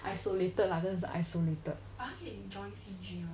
isolated 真的是 isolated